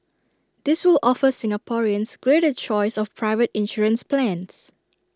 this will offer Singaporeans greater choice of private insurance plans